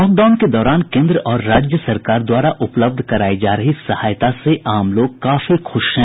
lockdown के दौरान केन्द्र और राज्य सरकार द्वारा उपलब्ध करायी जा रही सहायता से आम लोग काफी खुश हैं